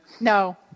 No